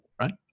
right